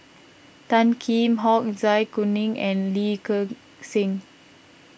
Tan Kheam Hock Zai Kuning and Lee Gek Seng